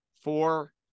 four